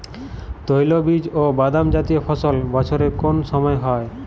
তৈলবীজ ও বাদামজাতীয় ফসল বছরের কোন সময় হয়?